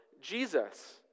Jesus